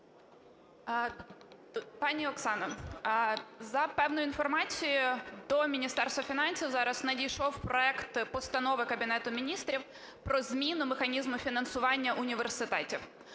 Пані Оксано, за певною інформацією, до Міністерства фінансів зараз надійшов проект Постанови Кабінету Міністрів про зміну механізму фінансування університетів.